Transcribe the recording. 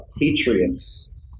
Patriots